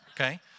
Okay